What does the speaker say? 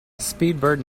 speedbird